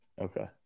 okay